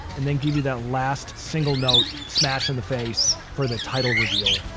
and then give you that last single note smash in the face for the title reveal